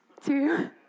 two